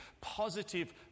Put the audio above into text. positive